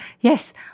yes